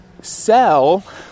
sell